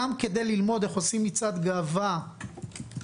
גם כדי ללמוד איך עושים מצעד גאווה טוב,